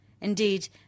Indeed